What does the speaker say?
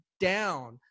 down